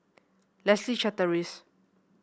Leslie Charteris